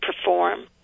perform